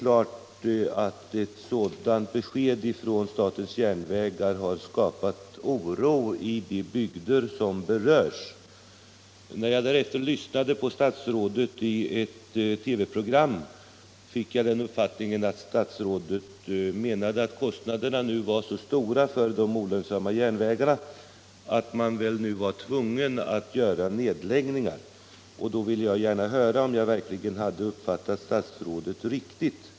Ett sådant besked från SJ har naturligtvis skapat oro i de bygder som berörs. När jag sedan lyssnade på statsrådet i ett TV-program fick jag den uppfattningen att statsrådet menade att kostnaderna för de olönsamma järnvägslinjerna nu var så stora att man var tvungen att göra nedläggningar. Uppfattade jag verkligen statsrådet rätt?